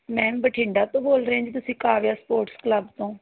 ma'am Bathinda ਤੋਂ ਬੋਲ ਰਹੇ ਜੀ ਤੁਸੀਂ ਕਾਰਲਸ ਸਪੋਰਟਸ ਕਲੱਬ ਤੋਂ